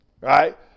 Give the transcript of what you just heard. Right